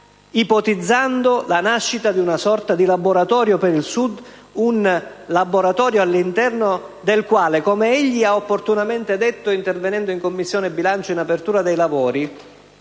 ipotizzando la nascita di una sorta di laboratorio per il Sud all'interno del quale - come egli ha opportunamente detto intervenendo in Commissione bilancio in apertura dei lavori